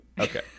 Okay